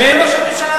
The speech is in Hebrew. תפנה לראש הממשלה.